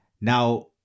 Now